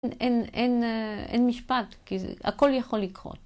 אין משפט, הכל יכול לקרות.